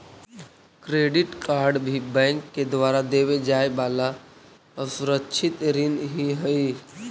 credit card भी bank के द्वारा देवे जाए वाला असुरक्षित ऋण ही हइ